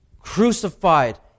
crucified